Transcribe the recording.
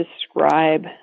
describe